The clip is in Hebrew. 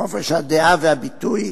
לחופש הדעה והביטוי,